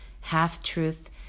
half-truth